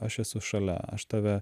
aš esu šalia aš tave